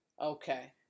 Okay